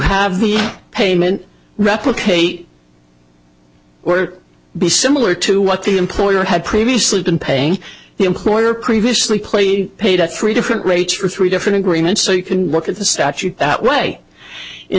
have the payment replicate we're be similar to what the employer had previously been paying the employer previously played paid at three different rates for three different agreements so you can look at the statute that way in